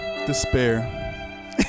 despair